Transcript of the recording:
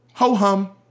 Ho-hum